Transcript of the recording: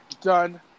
done